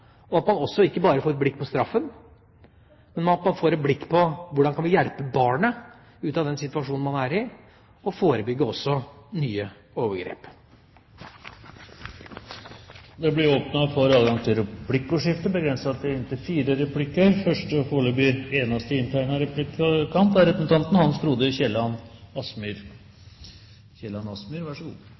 at man ikke bare får et blikk på straffen, men også får et blikk på hvordan vi kan hjelpe barnet ut av den situasjonen det er i, og forebygge nye overgrep. Det blir åpnet for